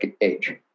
age